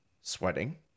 sweating